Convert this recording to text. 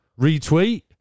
Retweet